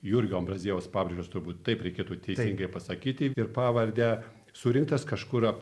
jurgio ambraziejaus pabrėžos turbūt taip reikėtų teisingai pasakyti ir pavardę surinktas kažkur